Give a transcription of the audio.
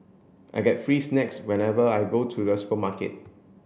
I get free snacks whenever I go to the supermarket